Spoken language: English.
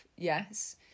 Yes